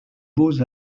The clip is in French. beaux